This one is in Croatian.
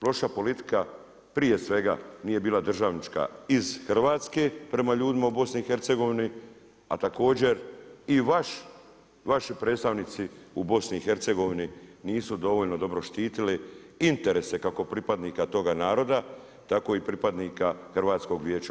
Loša politika, prije svega nije bila državnička iz Hrvatske prema ljudima u BiH, a također i vaši predstavnici u BiH nisu dovoljno dobro štitili interese kako pripadnika toga naroda, tako i pripadnika HVO-a.